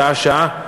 שעה-שעה.